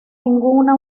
ninguna